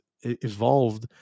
evolved